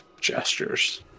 gestures